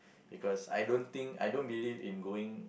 because I don't think I don't believe in going